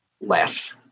less